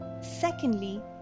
Secondly